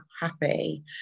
happy